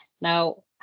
now